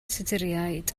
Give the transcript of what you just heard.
tuduriaid